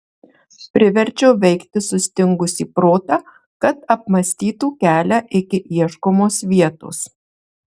priverčiau veikti sustingusį protą kad apmąstytų kelią iki ieškomos vietos